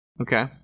Okay